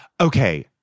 Okay